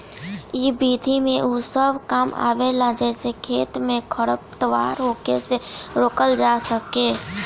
इ विधि में उ सब काम आवेला जेसे खेत में खरपतवार होखला से रोकल जा सके